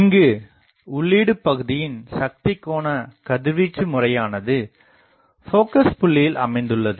இங்கு உள்ளீடு பகுதியின் சக்திகோன கதிர்வீச்சு முறையானது போகஸ் புள்ளியில் அமைந்துள்ளது